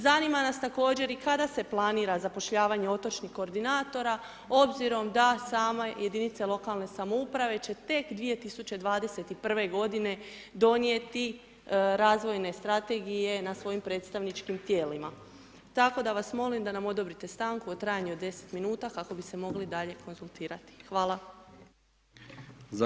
Zanima nas također i kada se planira zapošljavanje otočnih koordinatora obzirom da same jedinice lokalne samouprave će tek 2021. godine donijeti razvojne strategije na svojim predstavničkim tijelima, tako da vas molim da nam odobrite stanku u trajanju od 10 minuta, kako bi se mogli dalje konzultirati, hvala.